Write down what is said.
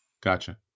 Gotcha